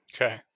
Okay